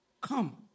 Come